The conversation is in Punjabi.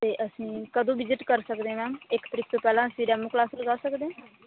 ਤਾਂ ਅਸੀਂ ਕਦੋਂ ਵਿਜ਼ਿਟ ਕਰ ਸਕਦੇ ਮੈਮ ਇੱਕ ਤਰੀਕ ਤੋਂ ਪਹਿਲਾਂ ਅਸੀਂ ਡੈਮੋ ਕਲਾਸ ਲਗਾ ਸਕਦੇ